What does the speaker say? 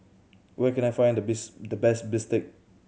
where can I find the bis the best bistake